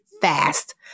fast